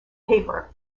paper